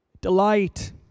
Delight